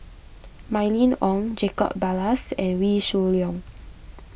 Mylene Ong Jacob Ballas and Wee Shoo Leong